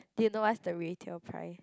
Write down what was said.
do you know what's the retail price